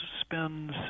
spends